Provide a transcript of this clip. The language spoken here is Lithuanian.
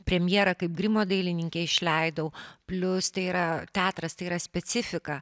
premjera kaip grimo dailininkė išleidau plius tai yra teatras tai yra specifika